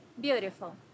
beautiful